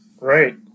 Right